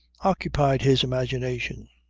occupied his imagination.